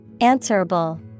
Answerable